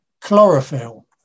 chlorophyll